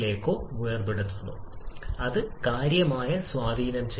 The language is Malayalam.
സിപിയുടെയും സിവിയുടെയും മാറ്റം കെ യുടെ കാര്യത്തിൽ നേരിട്ട് പ്രതിഫലിക്കുന്നു